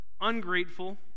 ungrateful